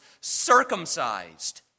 circumcised